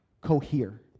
cohere